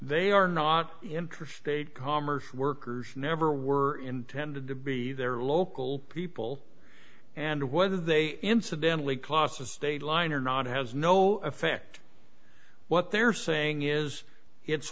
they are not interested commerce workers never were intended to be their local people and whether they incidentally klos the state line or not has no effect what they're saying is it's